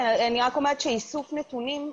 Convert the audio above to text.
אני רק אומרת שאיסוף נתונים,